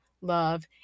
love